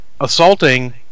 assaulting